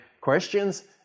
questions